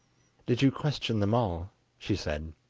did you question them all she said.